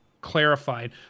clarified